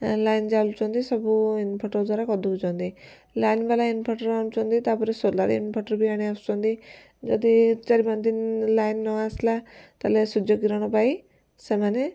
line ଜାଳୁଛନ୍ତି ସବୁ inverter ଦ୍ୱାରା କରିଦଉଛନ୍ତି ଲାଇନ ବାଲା ଇନଭର୍ଟର ଆଣୁଛନ୍ତି ତାପରେ ସୋଲାର ଇନଭର୍ଟର ବି ଆଣି ଆସୁଛନ୍ତି ଯଦି ଚାର ପାଞ୍ଚ ଦିନ ଲାଇନ ନ ଆସିଲା ତାହେଲେ ସୂର୍ଯ୍ୟକିରଣ ପାଇ ସେମାନେ